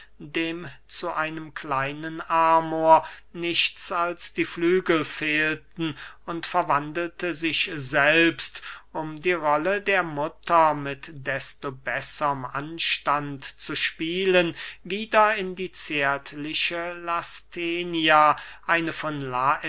dem zu einem kleinen amor nichts als die flügel fehlten und verwandelte sich selbst um die rolle der mutter mit desto besserm anstand zu spielen wieder in die zärtliche lasthenia eine von